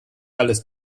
alles